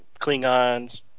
Klingons